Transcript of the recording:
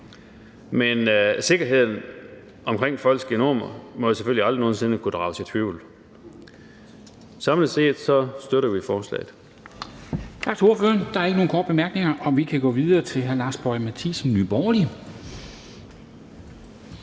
Men sikkerheden omkring borgernes genomer må selvfølgelig aldrig nogen sinde kunne drages i tvivl. Samlet set støtter vi forslaget.